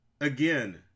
Again